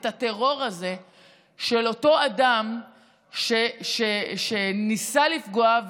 את הטרור הזה של אותו אדם שניסה לפגוע,